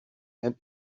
and